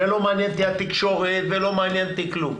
ולא מעניינת אותי התקשורת ולא מעניין אותי כלום.